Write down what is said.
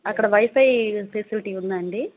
అక్కడ wifi facility ఉందా అండి